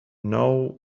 know